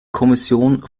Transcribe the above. kommission